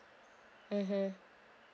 mmhmm